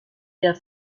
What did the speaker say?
der